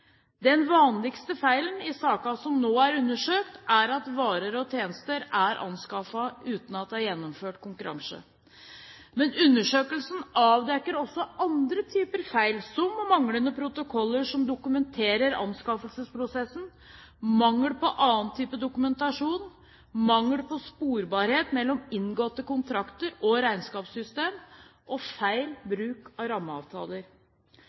Den vanligste feilen i sakene som nå er undersøkt, er at varer og tjenester er anskaffet uten at det er gjennomført en konkurranse. Men undersøkelsen avdekker også andre typer feil, som manglende protokoller som dokumenterer anskaffelsesprosessen, mangel på annen type dokumentasjon, mangel på sporbarhet mellom inngåtte kontrakter og regnskapssystem, og feil bruk av rammeavtaler.